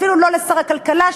אפילו לא לשר הכלכלה,